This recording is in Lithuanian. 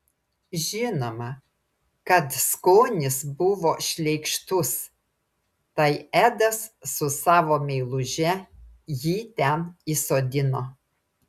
žinoma kad skonis buvo šleikštus tai edas su savo meiluže jį ten įsodino